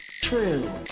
True